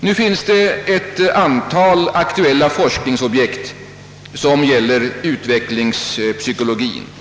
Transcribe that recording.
Det finns nu ett antal aktuella forskningsobjekt som gäller utvecklingspsykologien.